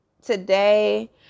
Today